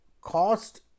cost